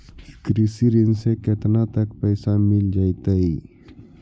कृषि ऋण से केतना तक पैसा मिल जइतै?